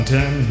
Ten